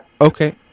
Okay